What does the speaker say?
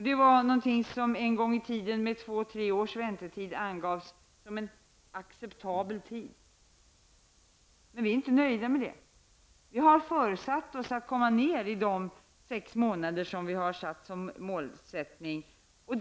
Det angavs en gång i tiden, då väntetiden var 2--3 år, som en acceptabel tid. Men vi är inte nöjda med det. Vi har föresatt oss att komma ned i de sex månader vi har satt upp som mål.